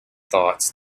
thoughts